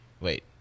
Wait